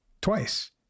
twice